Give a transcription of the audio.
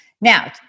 Now